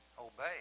Obey